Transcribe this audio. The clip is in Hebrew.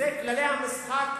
כללי המשחק